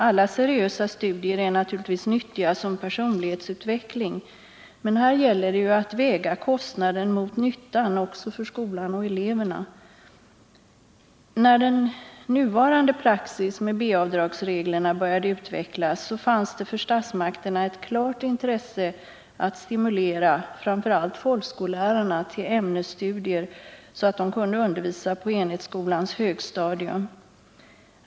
Alla seriösa studier är naturligtvis nyttiga som personlighetsutveckling, men här gäller det ju att väga kostnaden mot nyttan också för skolan och eleverna. När den nuvarande praxis med B-avdragsreglerna började utvecklas fanns det för statsmakterna ett klart intresse att stimulera framför allt folkskollärare till ämnesstudier, så att de kunde undervisa på enhetsskolans högstadium.